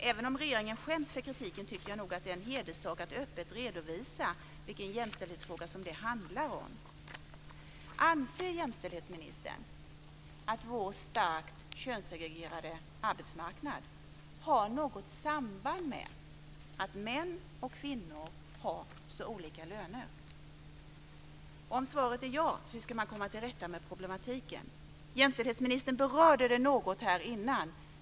Även om regeringen skäms för kritiken tycker jag nog att det är en hederssak att öppet redovisa vilken jämställdhetsfråga som det handlar om. Anser jämställdhetsministern att vår starkt könssegregerade arbetsmarknad har något samband med att män och kvinnor har så olika löner? Om svaret är ja, hur ska man komma till rätta med problematiken? Jämställdhetsministern berörde detta något.